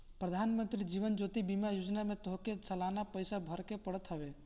प्रधानमंत्री जीवन ज्योति बीमा योजना में तोहके सलाना पईसा भरेके पड़त हवे